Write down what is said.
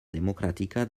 democràtica